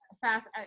fast